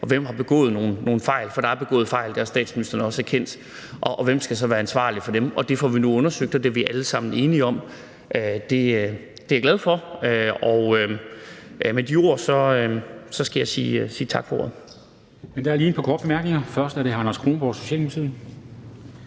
og hvem der har begået nogle fejl. For der er begået fejl. Det har statsministeren også erkendt. Og hvem skal så være ansvarlig for dem? Det får vi nu undersøgt, og det er vi alle sammen enige om. Det er jeg glad for, og med de ord skal jeg sige tak for ordet.